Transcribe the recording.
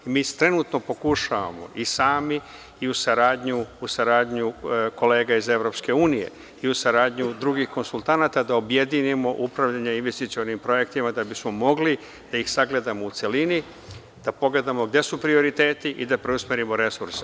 Mi trenutno pokušavamo, i sami i u saradnji kolega iz EU i uz saradnju drugih konsultanata, da objedinimo upravljanje investicionim projektima, da bismo mogli da ih sagledamo u celini, da pogledamo gde su prioriteti i da preusmerimo resurse.